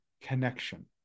connection